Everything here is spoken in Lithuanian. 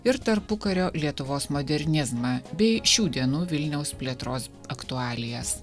ir tarpukario lietuvos modernizmą bei šių dienų vilniaus plėtros aktualijas